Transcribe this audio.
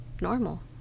normal